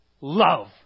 Love